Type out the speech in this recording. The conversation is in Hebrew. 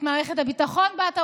את מערכת הביטחון בת ערובה,